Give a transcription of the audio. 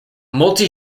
multi